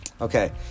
okay